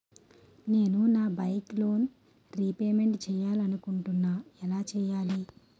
నేను నా bike loan repayment చేయాలనుకుంటున్నా ఎలా చేయాలి?